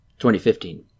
2015